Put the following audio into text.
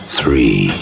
Three